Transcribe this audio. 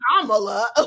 Kamala